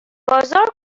بازار